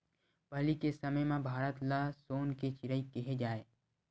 पहिली के समे म भारत ल सोन के चिरई केहे जाए